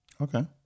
Okay